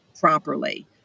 properly